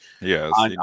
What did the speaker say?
Yes